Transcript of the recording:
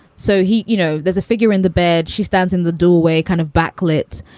so he you know, there's a figure in the bed. she stands in the doorway, kind of backlit.